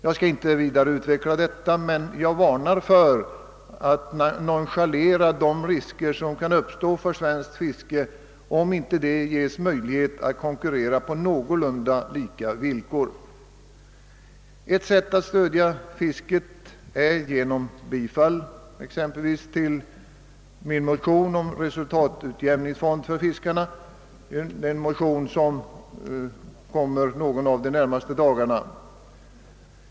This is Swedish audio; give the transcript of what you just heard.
Jag skall inte vidare utveckla saken, men jag varnar för att nonchalera de risker som kan uppstå för svenskt fiske om det inte ges möjlighet att konkurrera på någorlunda lika villkor. Ett sätt att stödja fisket vore att bifalla min motion om en resultatutjämningsfond för fiskarna. Denna motion kommer att behandlas av kamrarna nåägon av de närmaste dagarna.